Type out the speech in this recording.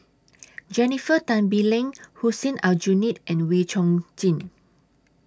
Jennifer Tan Bee Leng Hussein Aljunied and Wee Chong Jin